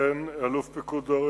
4. היכן לומדים החיילים קודם גיורם?